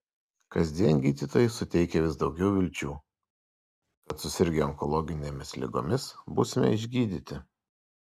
kasdien gydytojai suteikia vis daugiau vilčių kad susirgę onkologinėmis ligomis būsime išgydyti